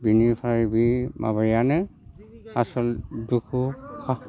बिनिफ्राय बे माबायानो आसल दुखु